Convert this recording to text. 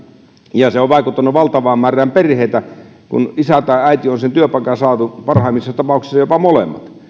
ja se on vaikuttanut valtavaan määrään perheitä kun isä tai äiti on sen työpaikan saanut parhaimmissa tapauksissa jopa molemmat